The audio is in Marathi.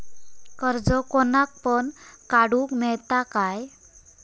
कर्ज कोणाक पण काडूक मेलता काय?